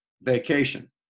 vacation